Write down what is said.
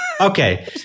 Okay